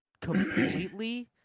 completely